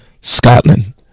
Scotland